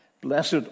Blessed